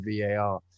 VAR